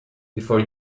before